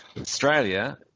Australia